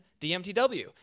DMTW